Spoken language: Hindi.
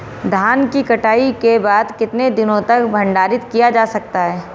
धान की कटाई के बाद कितने दिनों तक भंडारित किया जा सकता है?